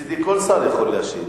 מצדי כל שר יכול להשיב,